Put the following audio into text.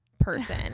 person